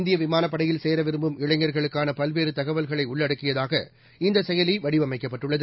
இந்திய விமானப் படையில் சேர விரும்பும் இளைஞர்களுக்கான பல்வேறு தகவல்களை உள்ளடக்கியதாக இந்த செயலி வடிவமைக்கப்பட்டுள்ளது